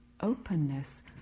openness